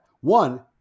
One